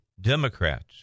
Democrats